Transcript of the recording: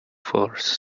force